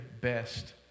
best